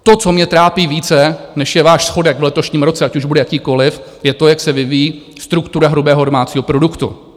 To, co mě trápí více, než je váš schodek v letošním roce, ať už bude jakýkoliv, je to, jak se vyvíjí struktura hrubého domácího produktu.